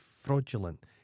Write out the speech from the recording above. fraudulent